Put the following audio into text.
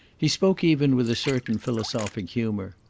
he spoke even with a certain philosophic humour.